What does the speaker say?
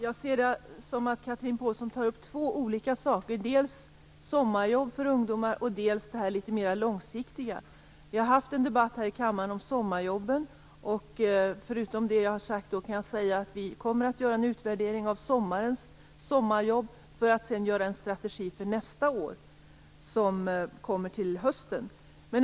Herr talman! Chatrine Pålsson tog upp två olika saker, dels sommarjobb för ungdomar, dels det litet mer långsiktiga. Vi har haft en debatt här i kammaren om sommarjobben. Förutom det som jag då sade kan jag säga att vi kommer att göra en utvärdering av sommarens sommarjobb för att sedan kunna göra en strategi inför nästa år. Denna strategi kommer att presenteras i höst.